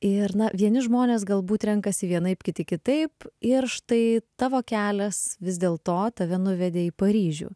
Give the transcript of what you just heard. ir na vieni žmonės galbūt renkasi vienaip kiti kitaip ir štai tavo kelias vis dėlto tave nuvedė į paryžių